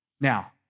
Now